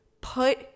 Put